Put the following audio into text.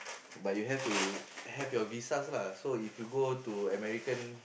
but you have to have your visas lah so if you go to American